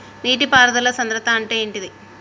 నీటి పారుదల సంద్రతా అంటే ఏంటిది?